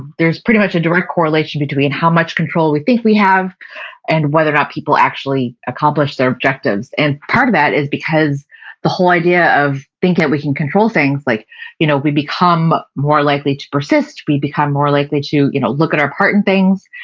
there's pretty much a direct correlation between how much control we think we have and whether or not people actually accomplish their objectives. and part of that is because the whole idea of thinking that we can control things like you know we become more likely to persist, we become more likely to you know look at our part in things,